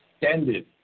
extended